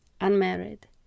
unmarried